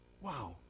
Wow